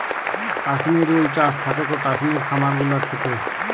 কাশ্মির উল চাস থাকেক কাশ্মির খামার গুলা থাক্যে